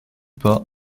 pas